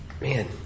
man